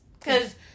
Cause